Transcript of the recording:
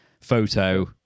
photo